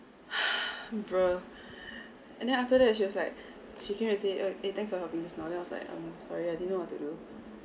(pb) bro and then after that she was like she came and say uh eh thanks for helping just now then I was like um sorry I didn't know what to do